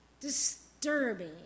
disturbing